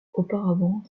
auparavant